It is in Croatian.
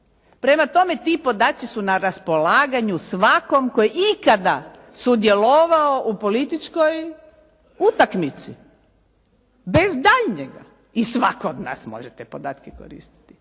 Prema tome ti podaci su na raspolaganju svakom tko je ikada sudjelovao u političkoj utakmici. Bez daljnjega. I svatko od nas može te podatke koristiti